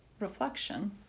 Reflection